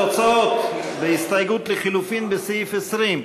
התוצאות: בהסתייגות לחלופין מס' 20,